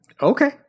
Okay